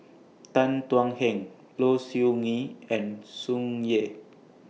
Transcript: Tan Thuan Heng Low Siew Nghee and Tsung Yeh